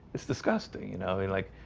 it's disgusting. you know, they like